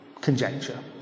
conjecture